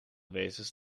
wezens